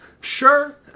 Sure